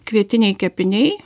kvietiniai kepiniai